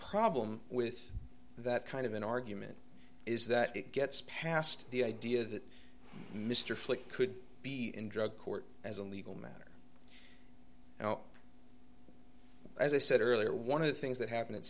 problem with that kind of an argument is that it gets passed the idea that mr flick could be in drug court as a legal matter and as i said earlier one of the things that happened at